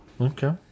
okay